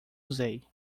usei